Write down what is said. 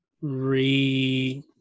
re